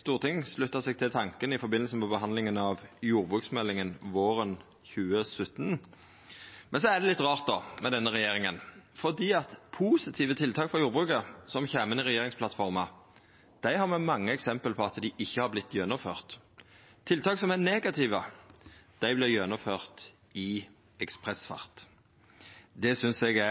slutta seg til tanken i samband med behandlinga av jordbruksmeldinga våren 2017. Men det er litt rart med denne regjeringa, for positive tiltak for jordbruket som kjem inn i regjeringsplattforma, har me mange eksempel på ikkje har vorte gjennomførte. Tiltak som er negative, derimot, vert gjennomførte i ekspressfart. Det synest eg